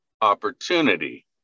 opportunity